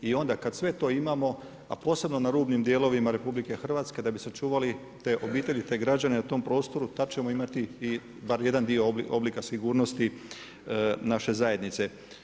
I onda kad sve to imamo, a posebno na rubnim dijelovima RH, da bi sačuvali te obitelji, te građane na tom prostoru tad ćemo imati i bar jedan dio oblika sigurnosti naše zajednice.